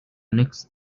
next